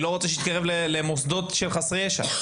אני לא רוצה שיתקרב למוסדות שם יש חסרי ישע.